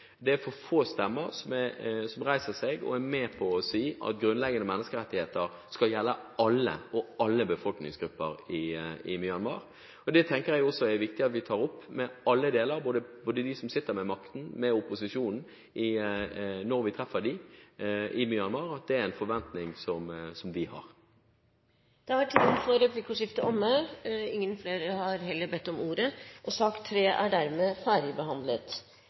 det er for få stemmer i Myanmar som taler rohingyaenes sak, det er for få som reiser seg og er med på å si at grunnleggende menneskerettigheter skal gjelde alle befolkningsgrupper i Myanmar. Det tenker jeg også er viktig at vi tar opp, både med dem som sitter med makten, og med opposisjonen – når vi treffer dem i Myanmar – at det er en forventning som vi har. Replikkordskiftet er omme. Flere har ikke bedt om ordet til sak nr. 3. Etter ønske fra kommunal- og